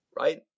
right